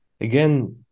again